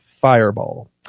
fireball